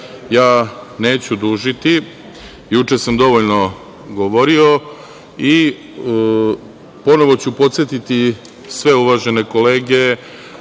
dužiti, juče sam dovoljno govorio i ponovo ću podsetiti sve uvažene kolege